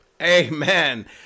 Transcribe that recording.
Amen